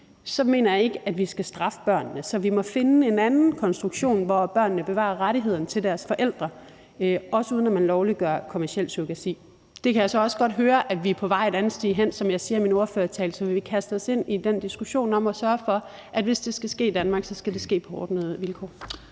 så mener jeg ikke, at vi skal straffe børnene, men så vi må finde en anden konstruktion, hvor børnene bevarer rettighederne til deres forældre, også uden at man lovliggør kommerciel surrogati. Der kan jeg så også godt høre at vi er på vej hen, og vi vil, som jeg siger i min ordførertale, kaste os ind i den diskussion om at sørge for, at det, hvis det skal ske i Danmark, skal ske på ordnede vilkår.